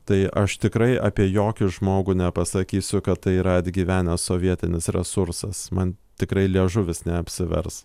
tai aš tikrai apie jokį žmogų nepasakysiu kad tai yra atgyvenęs sovietinis resursas man tikrai liežuvis neapsivers